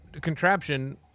contraption